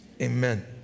amen